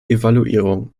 evaluierung